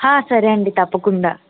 సరే అండి తప్పకుండా